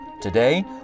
Today